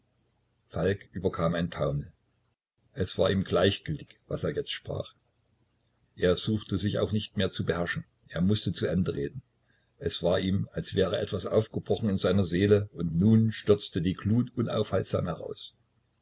falk überkam ein taumel es war ihm gleichgültig was er jetzt sprach er suchte sich auch nicht mehr zu beherrschen er mußte zu ende reden es war ihm als wäre etwas aufgebrochen in seiner seele und nun stürzte die glut unaufhaltsam heraus